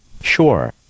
Sure